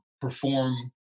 perform